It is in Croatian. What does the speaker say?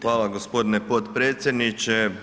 Hvala gospodine potpredsjedniče.